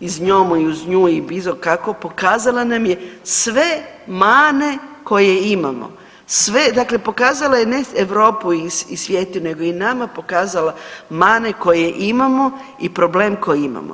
i s njom i uz nju i bilo kako pokazala nam je sve mane koje imamo, sve, dakle pokazala je ne Europu i svijet nego je i nama pokazala mane koje imamo i problem koji imamo.